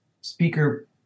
speaker